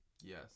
Yes